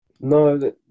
No